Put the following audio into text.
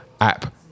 app